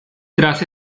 tras